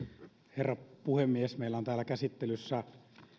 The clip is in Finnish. herra puhemies meillä on täällä käsittelyssä